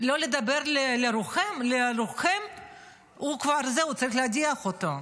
לא לדבר לרוחכם, זהו, צריך להדיח אותו: